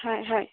হয় হয়